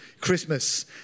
Christmas